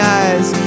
eyes